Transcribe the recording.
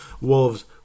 Wolves